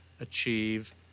achieve